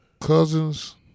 cousin's